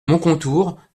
moncontour